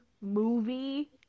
movie